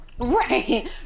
right